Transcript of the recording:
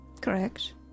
Correct